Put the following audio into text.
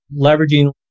leveraging